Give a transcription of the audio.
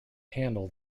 handle